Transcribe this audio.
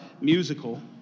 musical